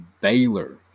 baylor